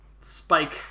spike